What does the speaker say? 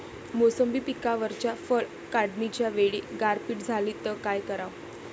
मोसंबी पिकावरच्या फळं काढनीच्या वेळी गारपीट झाली त काय कराव?